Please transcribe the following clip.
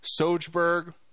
sojberg